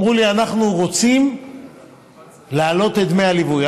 הם אמרו לי: אנחנו רוצים להעלות את דמי הליווי.